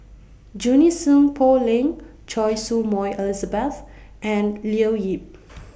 Junie Sng Poh Leng Choy Su Moi Elizabeth and Leo Yip